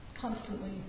constantly